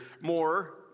more